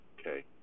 Okay